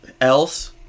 else